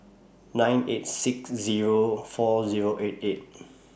nine eight six Zero four Zero eight eight